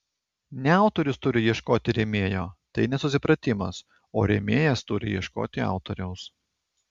ne autorius turi ieškoti rėmėjo tai nesusipratimas o rėmėjas turi ieškoti autoriaus